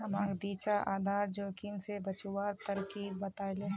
हमाक दीक्षा आधार जोखिम स बचवार तरकीब बतइ ले